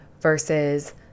versus